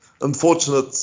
unfortunate